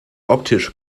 optisch